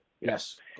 yes